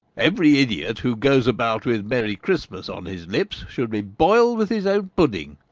every idiot who goes about with merry christmas on his lips, should be boiled with his own pudding,